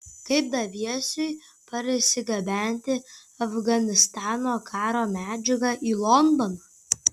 kaip daviesui parsigabenti afganistano karo medžiagą į londoną